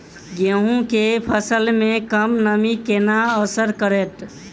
गेंहूँ केँ फसल मे कम नमी केना असर करतै?